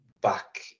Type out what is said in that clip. back